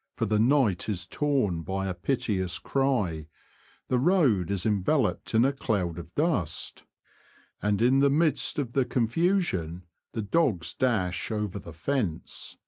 for the night is torn by a piteous cry the road is enveloped in a cloud of dust and in the midst of the confusion the dogs dash over the fence.